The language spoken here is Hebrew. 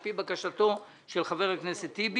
על פי בקשתו של חבר הכנסת טיבי.